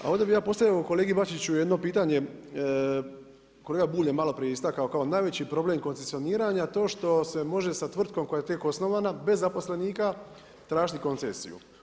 A ovdje bi ja postavio kolegi Bačiću jedno pitanje kolega Bulj je malo prije istakao kao najveći problem koncesioniranja, to što se može sa tvrtkom koja je tek osnovana bez zaposlenika tražiti koncesiju.